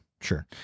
sure